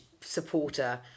supporter